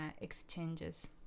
exchanges